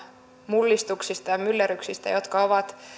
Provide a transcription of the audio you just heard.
mullistuksista ja myllerryksistä jotka ovat